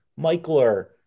Michler